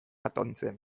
atontzen